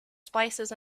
spices